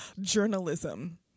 journalism